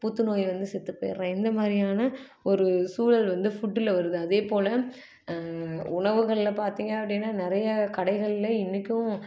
புத்துநோய் வந்து செத்துப்போயிடுறான் இந்த மாதிரியான ஒரு சூழல் வந்து ஃபுட்டில் வருது அதேபோல் உணவுகள்ல பார்த்திங்க அப்படின்னா நிறைய கடைகள்ல இன்றைக்கும்